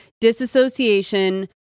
Disassociation